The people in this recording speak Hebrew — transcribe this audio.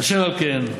אשר על כן,